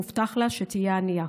מובטח שתהיה ענייה.